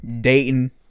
Dayton